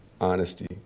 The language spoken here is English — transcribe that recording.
honesty